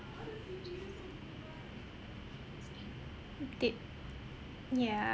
did yeah